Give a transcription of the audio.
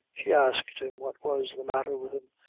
she asked him what was the matter with him,